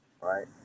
Right